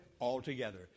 altogether